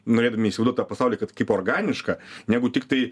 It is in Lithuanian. norėdami įsivaizduot tą pasaulį kad kaip organišką negu tiktai